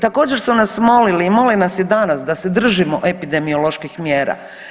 Također su nas molili i mole nas i danas da se držimo epidemioloških mjera.